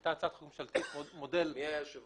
הייתה הצעת חוק -- מי היה היושב-ראש?